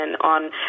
on